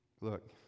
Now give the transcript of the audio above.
Look